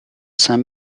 saint